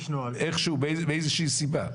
איכשהו מאיזו שהיא סיבה.